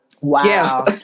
Wow